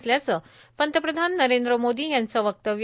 असल्याचं पंतप्रधान नरेंद्र मोदी यांचं वक्तव्य